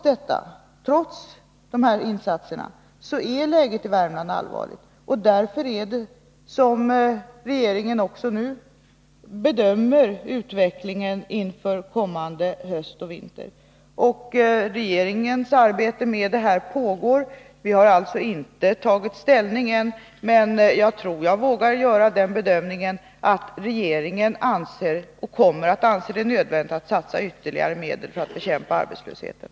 Men trots dessa insatser är läget i Värmland allvarligt, och därför bedömer regeringen nu utvecklingen inför kommande höst och vinter. Regeringens arbete med detta pågår. Vi har alltså inte tagit ställning än, men jag tror att jag vågar göra den bedömningen att regeringen kommer att anse det nödvändigt att satsa ytterligare medel för att bekämpa arbetslösheten.